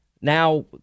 now